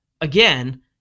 Again